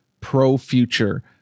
pro-future